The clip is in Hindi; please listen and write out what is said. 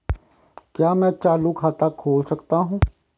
क्या मैं चालू खाता खोल सकता हूँ?